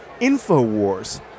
InfoWars